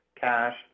cash